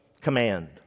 command